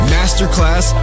Masterclass